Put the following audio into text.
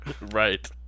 right